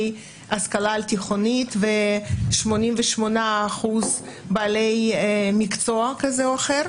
השכלה על תיכונית ו-88% בעלי מקצוע כזה או אחר.